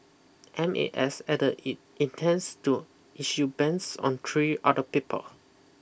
M A S added it intends to issue bans on three other people